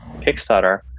kickstarter